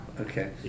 Okay